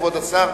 כבוד השר,